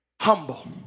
humble